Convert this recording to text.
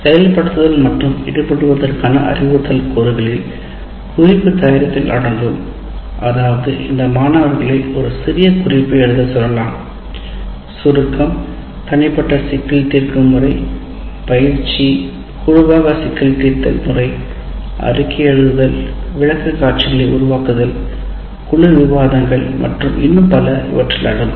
செயல்படுத்துதல் மற்றும் ஈடுபடுவதற்கான அறிவுறுத்தல் கூறுகளில் குறிப்பு தயாரித்தல் அடங்கும் அதாவது இந்த மாணவர்களை ஒரு சிறிய குறிப்பை எழுதச் சொல்லலாம் சுருக்கம் தனிப்பட்ட சிக்கல் தீர்க்கும் முறை பயிற்சி குழு சிக்கல் தீர்க்கல் முறை அறிக்கை எழுதுதல் விளக்கக்காட்சிகளை உருவாக்குதல் குழு விவாதங்கள் மற்றும் இன்னும் பல இவற்றில் அடங்கும்